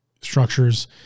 structures